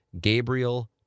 Gabriel